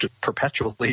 perpetually